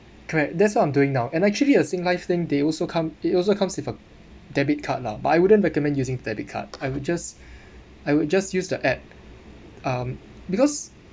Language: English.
correct that's what I'm doing now and actually a Singlife thing they also come it also comes with a debit card lah but I wouldn't recommend using debit card I would just I would just use the app um because